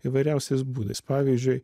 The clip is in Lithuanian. įvairiausiais būdais pavyzdžiui